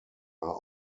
are